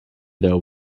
though